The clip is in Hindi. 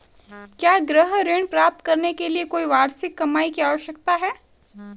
क्या गृह ऋण प्राप्त करने के लिए कोई वार्षिक कमाई की आवश्यकता है?